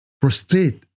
prostrate